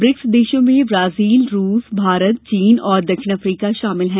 BRICS देशों में Brazil रूस भारत चीन और दक्षिण अफ्रीका शामिल हैं